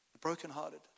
brokenhearted